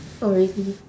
oh really